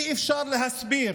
אי-אפשר להסביר